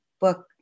book